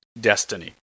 destiny